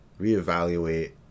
reevaluate